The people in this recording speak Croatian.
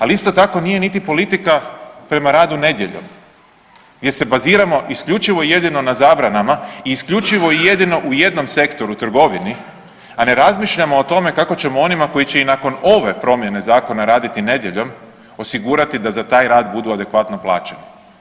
Ali isto tako nije niti politika prema radu nedjeljom gdje se baziramo isključivo i jedino na zabrana i isključivo i jedino u jednom sektoru, trgovini a ne razmišljamo o onima koji će i nakon ove promjene zakona raditi nedjeljom, osigurati da za taj rad budu adekvatno plaćeni.